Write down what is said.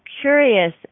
curious